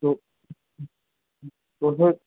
टो टोटल